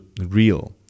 real